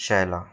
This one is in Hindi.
शैला